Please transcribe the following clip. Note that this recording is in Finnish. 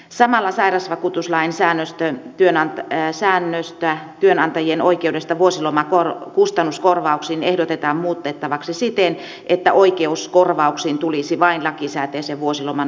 samalla sairausvakuutuslain säännöstä työnantajien oikeudesta vuosilomakustannuskorvauksiin ehdotetaan muutettavaksi siten että oikeus korvauksiin tulisi vain lakisääteisen vuosiloman ajalta